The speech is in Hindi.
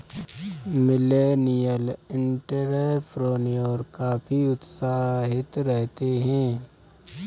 मिलेनियल एंटेरप्रेन्योर काफी उत्साहित रहते हैं